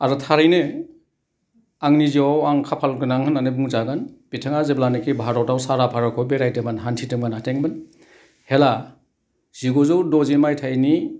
आरो थारैनो आंनि जिउआव आं खाफाल गोनां होननानै बुंजागोन बिथाङा जेब्लानोखि भारतआव सारा भारतखौ बेरायदोंमोन हान्थिदोंमोन हाथेंमोन हेला जिगुजौ द'जि मायथाइनि